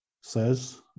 says